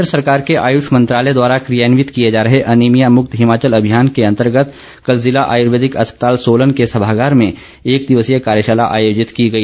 केन्द्र सरकार के आयुष मंत्रालय द्वारा क्रियान्वित किए जा रहे अनीभिया मुक्त हिमाचल अभियान के अंतर्गत कल जिला आयुर्वेदिक अस्पताल सोलन के सभागार में एक दिवसीय कार्यशाला आयोजित की गई